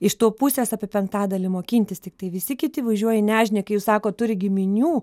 iš to pusės apie penktadalį mokintis tiktai visi kiti važiuoja į nežinią kai jūs sakot turi giminių